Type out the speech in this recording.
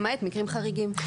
למעט מקרים חריגים.